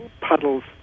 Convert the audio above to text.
puddles